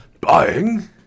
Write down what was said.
Buying